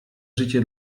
życie